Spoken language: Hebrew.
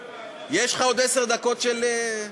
לך עוד עשר דקות של בנט.